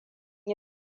yi